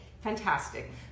fantastic